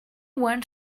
one